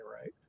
right